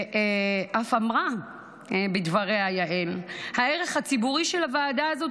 ואף אמרה בדבריה יעל: הערך הציבורי של הוועדה הזאת